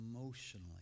emotionally